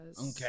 Okay